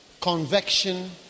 convection